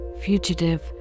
fugitive